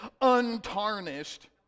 untarnished